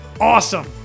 awesome